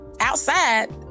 outside